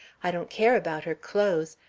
i didn't care about her clothes,